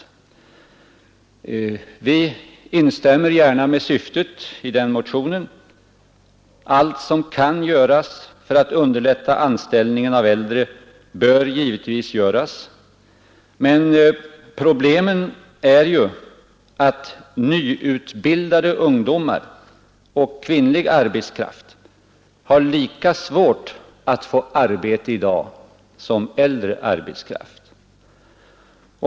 Vi instämmer gärna i syftet med motionen; allt som kan göras för att underlätta anställningen av äldre bör givetvis göras. Men problemet i dag är att nyutbildade ungdomar och kvinnlig arbetskraft har lika svårt att få arbete som äldre arbetskraft.